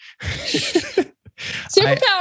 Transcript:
Superpower